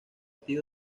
tío